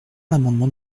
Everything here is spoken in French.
l’amendement